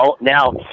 now